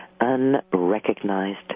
unrecognized